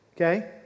okay